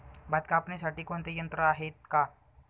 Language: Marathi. भात कापणीसाठी कोणते यंत्र आहेत का?